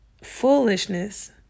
foolishness